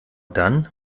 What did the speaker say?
dann